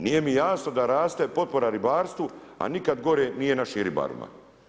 Nije mi jasno da raste potpora ribarstvu a nikad gore nije našim ribarima.